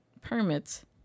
permits